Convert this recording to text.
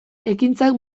ekintzak